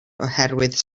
oherwydd